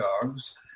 dogs